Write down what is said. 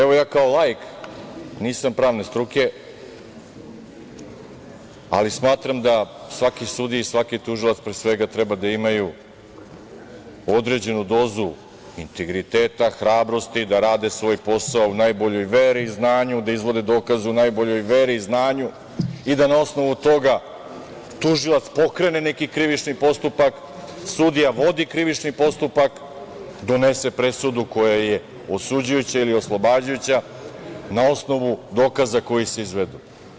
Evo, ja kao laik, nisam pravne struke, ali smatram da svaki sudija i svaki tužilac pre svega treba da imaju određenu dozu integriteta, hrabrosti da rade svoj posao u najboljoj veri, znanju, da izvode dokaze u najboljoj veri, znanju i da na osnovu toga tužilac pokrene neki krivični postupak, sudija vodi krivični postupak, donese presudu koja je osuđujuća ili oslobađajuća, na osnovu dokaza koji se izvedu.